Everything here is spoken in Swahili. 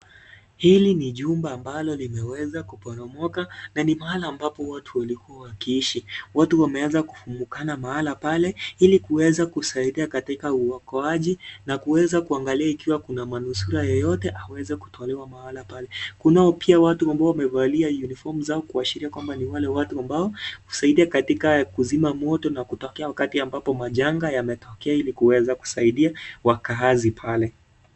Hili ni jumba ambalo limeweza kuporomoka, na ni pahala ambapo watu walikua wakiishi, watu wameanza kufumukana mahala pale, ili waweze kusaidia katika uokoaji, na kuweza kuangalia kama kuna manusura yoyote aweze kutolewa mahala pale, kunao watu wamevalia pia yunifomu zao, kuashiria ni wale watu husaidia katika kuzima moto na kutokea wakati majanga yametokea ili kusaidia wakaazi pale.